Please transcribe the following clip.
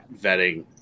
vetting